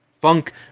Funk